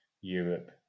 Europe